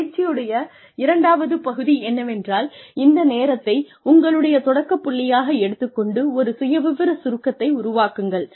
இந்த பயிற்சியுடைய இரண்டாவது பகுதி என்னவென்றால் இந்த நேரத்தை உங்களுடைய தொடக்கப் புள்ளியாக எடுத்துக் கொண்டு ஒரு சுயவிவர சுருக்கத்தை உருவாக்குங்கள்